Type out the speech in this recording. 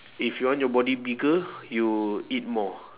if you want your body bigger you eat more